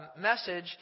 message